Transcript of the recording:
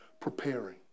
preparing